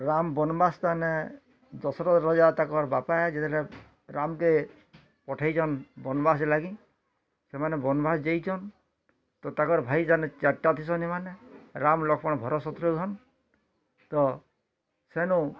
ରାମ ବନବାସ ସ୍ଥାନେ ଦଶରଥ ରଜା ତାଙ୍କର ବାପା ଯେତେବେଲେ ରାମ୍କେ ପଠେଇଛନ୍ ବନବାସ ଲାଗି ସେମାନେ ବନବାସ ଯାଇଚନ୍ ତ ତାଙ୍କର ଭାଇ ଜାନ୍ ଚାର୍ଟା ଥିସନ୍ ସେମାନେ ରାମ ଲକ୍ଷ୍ମଣ ଭରତ ଶତ୍ରୁଘ୍ନ ତ ସେନୁ